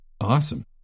Awesome